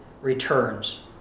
returns